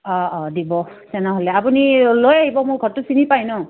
অঁ অঁ দিব তেনেহ'লে আপুনি লৈ আহিব মোৰ ঘৰটো চিনি পায় ন